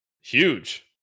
huge